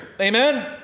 Amen